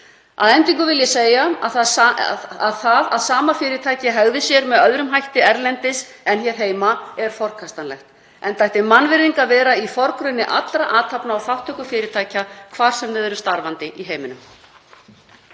Að endingu vil ég segja að það að sama fyrirtæki hegði sér með öðrum hætti erlendis en hér heima er forkastanlegt, enda ætti mannvirðing að vera í forgrunni allra athafna og þátttöku fyrirtækja hvar sem þau eru starfandi í heiminum.